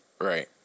Right